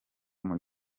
muri